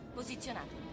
posizionato